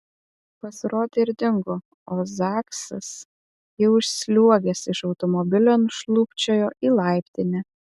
pasirodė ir dingo o zaksas jau išsliuogęs iš automobilio nušlubčiojo į laiptinę